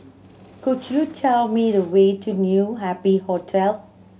could you tell me the way to New Happy Hotel